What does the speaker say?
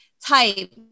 type